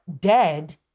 dead